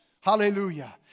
Hallelujah